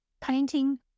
painting